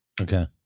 Okay